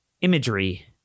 imagery